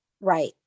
Right